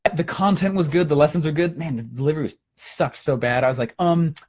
the content was good, the lessons were good, man the delivery sucked so bad, i was like um,